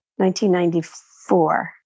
1994